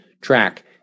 track